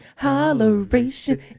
holleration